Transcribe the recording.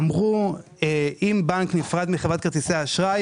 אמרו שאם בנק נפרד מחברת כרטיסי האשראי,